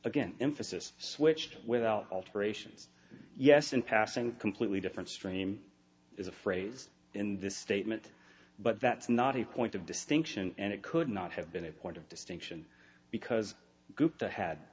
again emphasis switched without alterations yes and passing completely different stream is a phrase in this statement but that's not a point of distinction and it could not have been a point of distinction because group the had